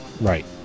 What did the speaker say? Right